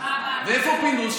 איפה פינדרוס?